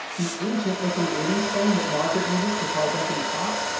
the ancient-looking eighty s phone that margaret uses to call deputy hawk.